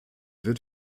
wird